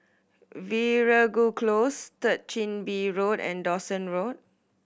Veeragoo Close Third Chin Bee Road and Dawson Road